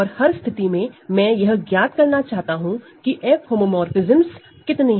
और हर स्थिति में मैं यह ज्ञात करना चाहता हूं की F होमोमोरफ़िज्मस कितने हैं